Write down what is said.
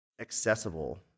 accessible